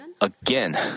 again